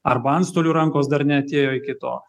arba antstolių rankos dar neatėjo iki to